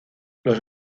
los